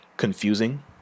Confusing